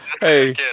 hey